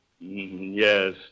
Yes